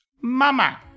Mama